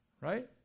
right